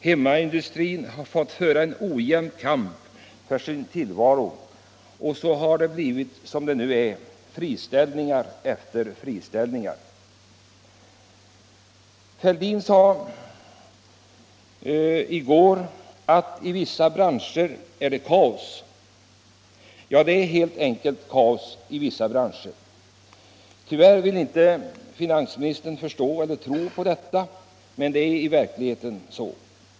Hemmaindustrin har fått föra en ojämn kamp för sin tillvaro, och så har det blivit som det nu är -— friställningar efter friställningar. Herr Fälldin sade i går att det i vissa branscher råder kris. Ja, det är helt enkelt kris i vissa branscher. Tyvärr ville inte finansministern tro på detta, men det är i verkligheten så.